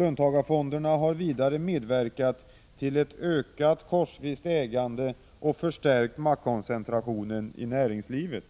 Löntagarfonderna har vidare medverkat till ett ökat korsvist ägande och en förstärkt maktkoncentration i näringslivet.